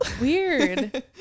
Weird